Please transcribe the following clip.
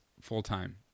full-time